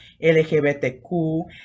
LGBTQ